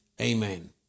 Amen